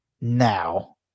now